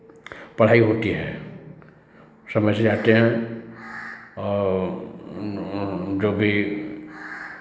पढ़ाई होती है समय से जाते हैं और जो भी